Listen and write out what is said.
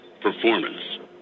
performance